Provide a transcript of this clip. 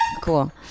Cool